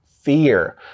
fear